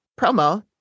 promo